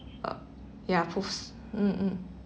uh yeah post mm mm